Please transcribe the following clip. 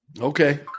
Okay